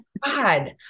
God